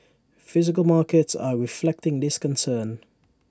physical markets are reflecting this concern